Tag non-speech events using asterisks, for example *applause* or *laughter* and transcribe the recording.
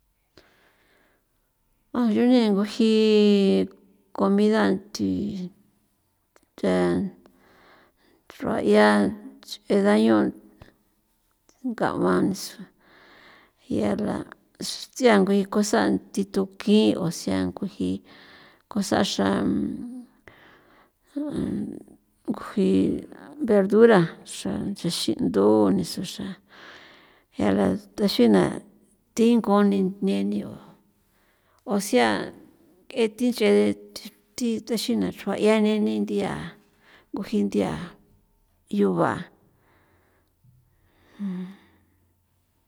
A yon yen nguji comida nthi ntha xrua'ia nch'e dañon' nga'uan nisu yala ts'ia ngui kosan' thi tukin o sea nguji kosan' xan nkjui verdura xran nchaxindu niso xan yala ndaxina thi ngu nenio o sea ng'e thi nch'e thiu thi taxina xrua' 'ian neni nthia ngujin nthia yuba. *noise*